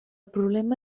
problema